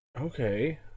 Okay